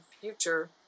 future